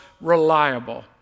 reliable